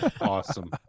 Awesome